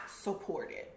supported